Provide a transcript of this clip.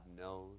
knows